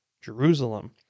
Jerusalem